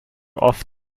off